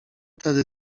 tedy